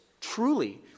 truly